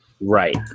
Right